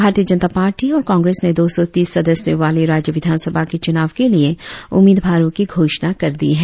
भारतीय जनता पार्टी और कांग्रेस ने दौ सौ तीस सदस्यों वाली राज्य विधानसभा के चुनाव के लिए उम्मीदवारों की घोषणा कर दी है